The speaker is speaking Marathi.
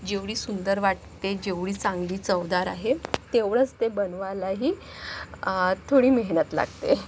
जेवढी सुंदर वाटते जेवढी चांगली चवदार आहे तेवढंच ते बनवायलाही थोडी मेहनत लागते